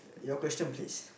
your question please